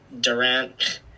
Durant